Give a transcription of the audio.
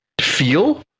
feel